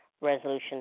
Resolution